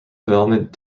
development